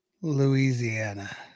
Louisiana